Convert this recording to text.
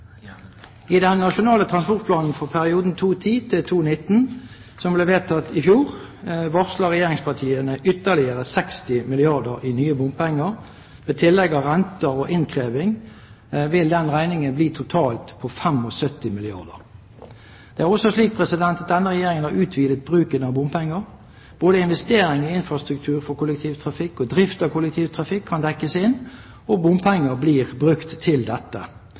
i renter og innkrevingskostnader. I den nasjonale transportplanen for perioden 2010–2019, som ble vedtatt i fjor, varsler regjeringspartiene ytterligere 60 milliarder kr i nye bompenger. Med tillegg av renter og innkreving vil den regningen bli på totalt 75 milliarder kr. Det er også slik at denne regjeringen har utvidet bruken av bompenger. Både investering i infrastruktur for kollektivtrafikk og drift av kollektivtrafikk kan dekkes inn, og bompenger blir brukt til dette.